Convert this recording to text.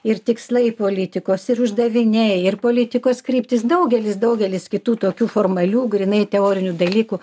ir tikslai politikos ir uždaviniai ir politikos kryptis daugelis daugelis kitų tokių formalių grynai teorinių dalykų